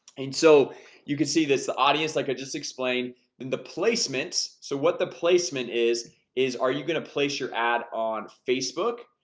and so you can see this the audience like i just explained in the placement so what the placement is is are you gonna place your ad on facebook?